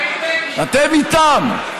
אתם איתם.